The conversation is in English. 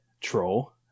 Troll